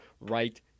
right